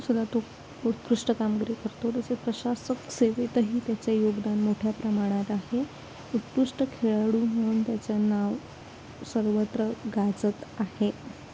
तो उत्कृष्ट कामगिरी करतो त्याचे प्रशासक सेवेतही त्याचं योगदान मोठ्या प्रमाणात आहे उत्कृष्ट खेळाडू म्हणून त्याचं नाव सर्वत्र गाजत आहे